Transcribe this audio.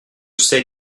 sais